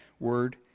Word